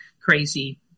crazy